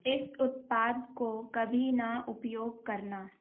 इस उत्पाद को कभी न उपयोग करना